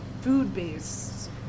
food-based